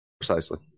precisely